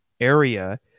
area